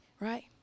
right